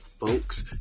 Folks